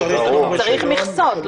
צריך מכסה.